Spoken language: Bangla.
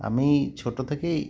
আমি ছোটো থেকেই